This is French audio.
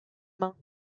main